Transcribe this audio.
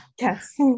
Yes